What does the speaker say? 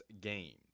games